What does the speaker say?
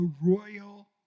royal